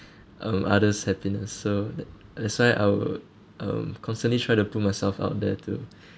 um others' happiness so that that's why I would um constantly try to put myself out there to